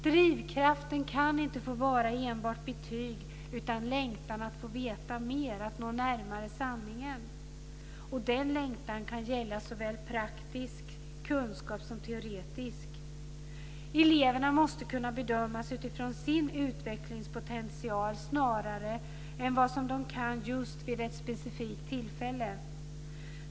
Drivkraften kan inte enbart vara betyg utan längtan att få veta mer, att nå närmare sanningen. Den längtan kan gälla såväl praktisk kunskap som teoretisk. Eleverna måste kunna bedömas utifrån sin utvecklingspotential snarare än vad de kan vid ett specifikt tillfälle.